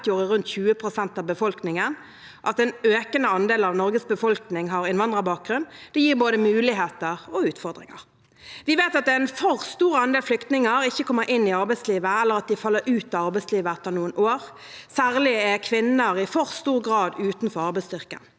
utgjorde rundt 20 pst. av befolkningen. At en økende andel av Norges befolkning har innvandrerbakgrunn, gir både muligheter og utfordringer. Vi vet at en for stor andel flyktninger ikke kommer inn i arbeidslivet, eller at de faller ut av arbeidslivet etter noen år. Særlig kvinner er i for stor grad utenfor arbeidsstyrken.